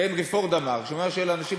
שהנרי פורד אמר שאם הוא היה שואל אנשים